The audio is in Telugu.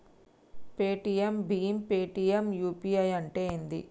పేటిఎమ్ భీమ్ పేటిఎమ్ యూ.పీ.ఐ అంటే ఏంది?